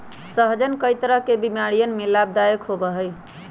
सहजन कई तरह के बीमारियन में लाभदायक होबा हई